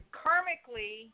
karmically